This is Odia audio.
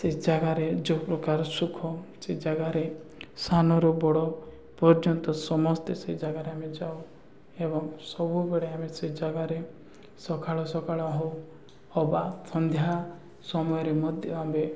ସେ ଜାଗାରେ ଯେଉଁ ପ୍ରକାର ସୁଖ ସେ ଜାଗାରେ ସାନରୁ ବଡ଼ ପର୍ଯ୍ୟନ୍ତ ସମସ୍ତେ ସେ ଜାଗାରେ ଆମେ ଯାଉ ଏବଂ ସବୁବେଳେ ଆମେ ସେ ଜାଗାରେ ସକାଳ ସକାଳ ହଉ ବା ସନ୍ଧ୍ୟା ସମୟରେ ମଧ୍ୟ ଆମେ